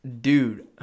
Dude